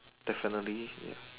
the salary ya